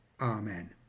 Amen